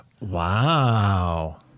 Wow